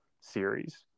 series